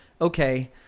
okay